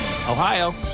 Ohio